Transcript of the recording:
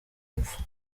impfu